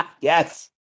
yes